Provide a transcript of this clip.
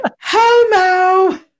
Homo